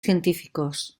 científicos